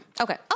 Okay